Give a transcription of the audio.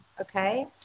Okay